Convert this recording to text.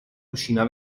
cucina